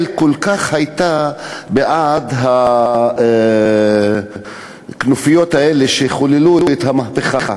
הייתה כל כך בעד הכנופיות האלה שחוללו את המהפכה,